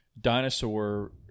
dinosaur